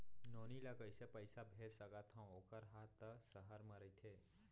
नोनी ल कइसे पइसा भेज सकथव वोकर हा त सहर म रइथे?